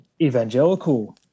evangelical